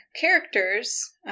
characters